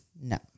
No